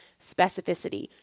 specificity